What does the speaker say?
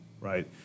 right